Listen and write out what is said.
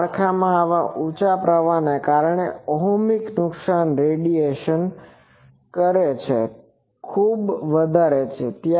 તે માળખામાં આવા ઉંચા પ્રવાહને કારણે ઓહમીક નુકસાન રેડિયેશન રેસ્ટિસ્ટન્ટ કરતા ખૂબ વધારે છે